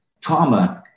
trauma